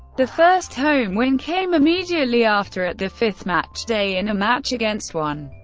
the first home win came immediately after, at the fifth matchday, in a match against one.